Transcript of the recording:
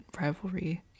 rivalry